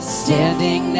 standing